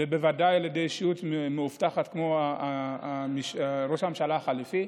ובוודאי לאישיות מאובטחת כמו ראש הממשלה החליפי.